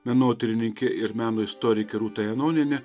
menotyrininkė ir meno istorikė rūta janonienė